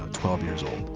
twelve years old.